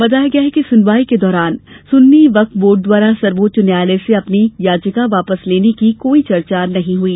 बताया गया है कि सुनवाई के दौरान सुन्नी वक्फ बोर्ड द्वारा सर्वोच्च न्यायालय से अपनी याचिका वापस लेने की कोई चर्चा नहीं हुई